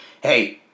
hey